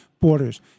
Borders